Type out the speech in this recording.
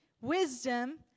wisdom